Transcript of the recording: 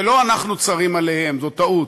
זה לא אנחנו צרים עליהם, זאת טעות,